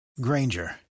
Granger